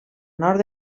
nord